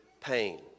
pain